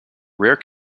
rare